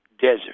desert